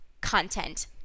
content